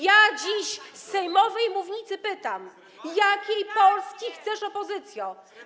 Ja dziś z sejmowej mównicy pytam: Jakiej Polski chcesz, opozycjo?